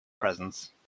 presence